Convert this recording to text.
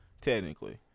Technically